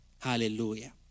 Hallelujah